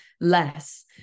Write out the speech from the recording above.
less